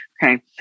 Okay